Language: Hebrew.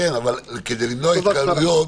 כדי למנוע התקהלויות,